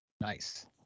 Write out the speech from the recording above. nice